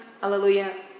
Hallelujah